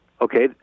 Okay